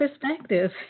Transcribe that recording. perspective